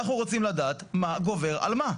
אנחנו רוצים לדעת מה גובר על מה.